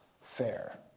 fair